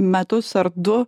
metus ar du